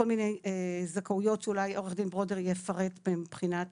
כל הזכאויות שאולי עו"ד ברודר יפרט מבחינת